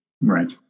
right